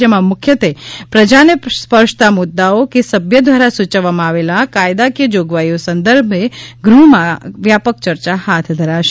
જેમાં મુખ્યત્વે પ્રજાને સ્પર્શતા મુદ્દાઓ કે સભ્ય દ્વારા સુચવવામાં આવેલ કાયદાકીય જોગવાઇઓ સંદર્ભે ગૃહમાં વ્યાપક ચર્ચા હાથ ધરાશે